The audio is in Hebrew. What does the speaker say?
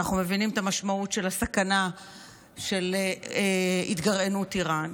אנחנו מבינים את המשמעות של הסכנה בהתגרענות איראן.